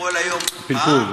בפלפול.